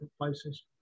places